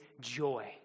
joy